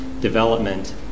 development